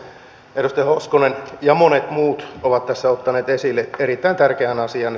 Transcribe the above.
edustaja hoskonen ja monet muut ovat tässä ottaneet esille erittäin tärkeän asian